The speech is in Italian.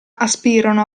aspirano